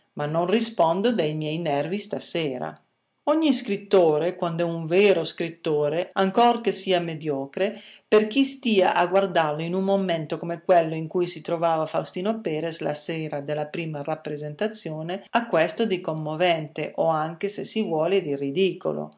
ma non rispondo dei miei nervi stasera ogni scrittore quand'è un vero scrittore ancor che sia mediocre per chi stia a guardarlo in un momento come quello in cui si trovava faustino perres la sera della prima rappresentazione ha questo di commovente o anche se si vuole di ridicolo